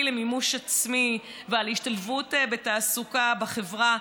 למימוש עצמי ועל השתלבות בתעסוקה ובחברה,